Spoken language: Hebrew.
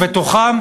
ובתוכם